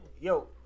Yo